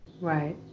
Right